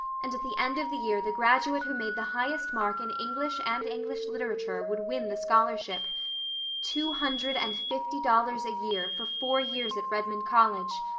and at the end of the year the graduate who made the highest mark in english and english literature would win the scholarship two hundred and fifty dollars a year for four years at redmond college.